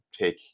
take